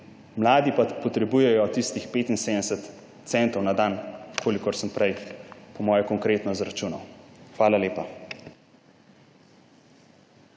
Mladi pa potrebujejo tistih 75 centov na dan, kolikor sem prej po moje konkretno izračunal. Hvala lepa.